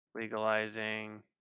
legalizing